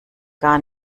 gar